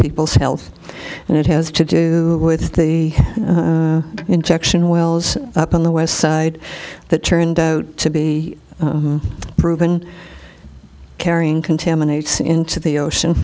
people's health and it has to do with the injection wells up on the west side that turned out to be proven carrying contaminates into the ocean